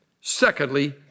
Secondly